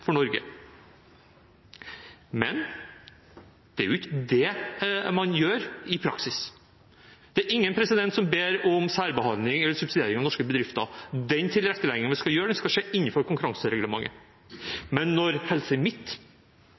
for Norge. Men det er ikke det man gjør i praksis. Det er ingen som ber om særbehandling eller subsidiering av norske bedrifter. Den tilretteleggingen vi skal gjøre, skal skje innenfor konkurransereglementet. Da Helse